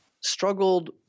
struggled